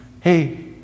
hey